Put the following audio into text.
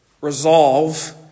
resolve